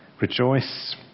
Rejoice